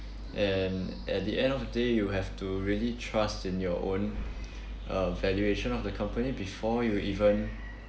and at the end of the day you have to really trust in your own uh valuation of the company before you even